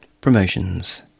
Promotions